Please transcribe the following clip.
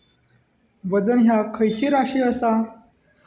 वजन ह्या खैची राशी असा?